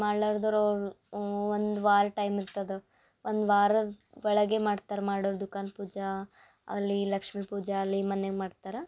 ಮಾಡ್ಲಾರ್ದರ ಅವ್ರು ಒಂದು ವಾರ ಟೈಮ್ ಇರ್ತದೆ ಒಂದು ವಾರ ಒಳಗೆ ಮಾಡ್ತಾರೆ ಮಾಡುರ ದುಖಾನ್ ಪೂಜಾ ಅಲ್ಲಿ ಲಕ್ಷ್ಮಿ ಪೂಜಾ ಅಲ್ಲಿ ಮನ್ಯಾಗ ಮಾಡ್ತಾರೆ